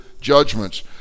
judgments